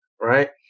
Right